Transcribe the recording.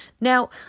Now